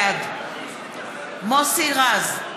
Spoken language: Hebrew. בעד מוסי רז,